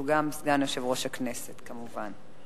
שהוא גם סגן יושב-ראש הכנסת, כמובן.